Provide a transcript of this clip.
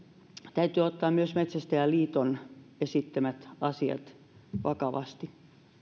täytyy ottaa myös metsästäjäliiton esittämät asiat vakavasti